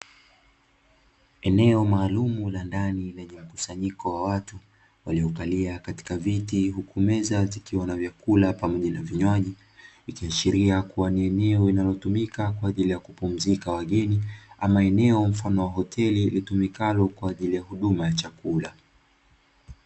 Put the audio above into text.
Eneo maalumu la ndani lenye mkusanyiko wa watu waliokalia katika viti, huku meza zikiwa na vyakula pamoja na vinywaji, ikiashiria kuwa ni eneo linalotumika kwa ajili ya kupumzika wageni ama eneo mfano wa hoteli litumikalo kwa ajili ya huduma ya chakula.